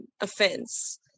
offense